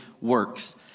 works